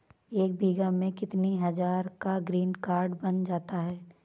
एक बीघा में कितनी हज़ार का ग्रीनकार्ड बन जाता है?